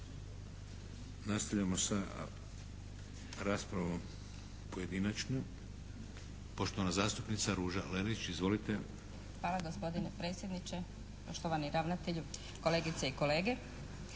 Nastavljamo sa raspravom pojedinačno. Poštovana zastupnica Ruža Lelić. Izvolite. **Lelić, Ruža (HDZ)** Hvala gospodine predsjedniče. Poštovani ravnatelju, kolegice i kolege.